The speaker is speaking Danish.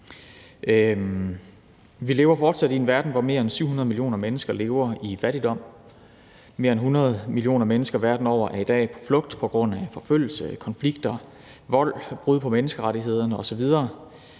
Vi lever fortsat i en verden, hvor mere end 700 millioner mennesker lever i fattigdom. Mere end 100 millioner mennesker verden over er i dag på flugt på grund af forfølgelse, konflikter, vold, brud på menneskerettigheder osv.